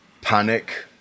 panic